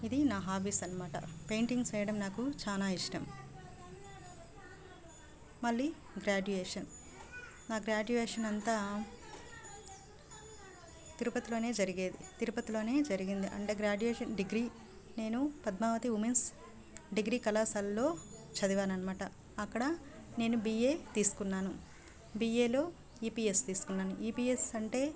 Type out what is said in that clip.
ఇది నా హాబీస్ అన్నమాట పెయింటింగ్స్ చేయడం నాకు చానా ఇష్టం మళ్ళీ గ్రాడ్యుయేషన్ నా గ్రాడ్యుయేషన్ అంతా తిరుపతిలోనే జరిగేది తిరుపతిలోనే జరిగింది అండ్ గ్రాడ్యుయేషన్ డిగ్రీ నేను పద్మావతి ఉమెన్స్ డిగ్రీ కళాశాలలో చదివాను అన్నమాట అక్కడ నేను బీఏ తీసుకున్నాను బిఏలో ఈపీఎస్ తీసుకున్నాను ఈపీఎస్ అంటే